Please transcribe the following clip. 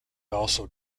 also